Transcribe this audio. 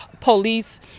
police